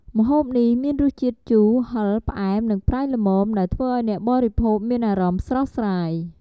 ម្ហូបនេះមានរសជាតិជូរ ហឹរ ផ្អែម និងប្រៃល្មម ដែលធ្វើឱ្យអ្នកបរិភោគមានអារម្មណ៍ស្រស់ស្រាយ។